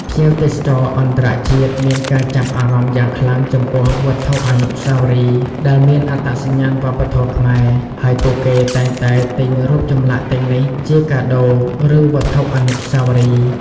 ភ្ញៀវទេសចរអន្តរជាតិមានការចាប់អារម្មណ៍យ៉ាងខ្លាំងចំពោះវត្ថុអនុស្សាវរីយ៍ដែលមានអត្តសញ្ញាណវប្បធម៌ខ្មែរ ហើយពួកគេតែងតែទិញរូបចម្លាក់ទាំងនេះជាកាដូ ឬវត្ថុអនុស្សាវរីយ៍។